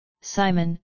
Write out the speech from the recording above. Simon